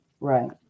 right